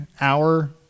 hour